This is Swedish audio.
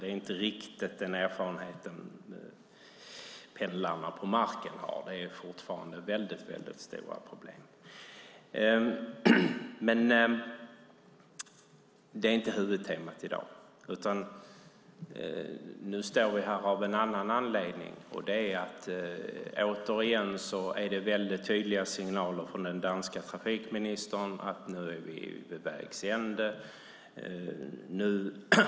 Det är inte riktigt den erfarenhet som pendlarna har. Det är fortfarande stora problem. Det är inte huvudtemat i dag. Nu står vi här av en annan anledning. Det kommer tydliga signaler från den danska trafikministern om att vi nu är vid vägs ände.